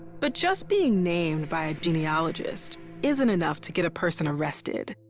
but just being named by a genealogist isn't enough to get a person arrested.